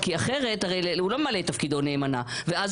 אחרת הרי הוא לא ממלא את תפקידו נאמנה ואז